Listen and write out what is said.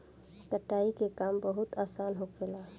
कटाई के काम बहुत आसान होखेला